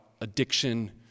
addiction